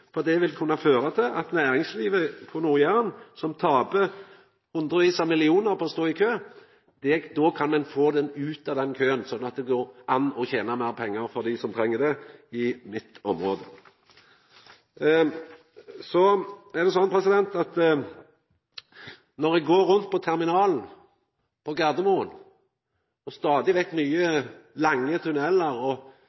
for det vil kunna føra til at næringslivet på Nord-Jæren – som taper hundrevis av millionar på å stå i kø – kan koma ut av den køen, sånn at det går an å tena meir pengar for dei som treng det i mitt område. Når eg går rundt på terminalen på Gardermoen, stadig vekk i nye,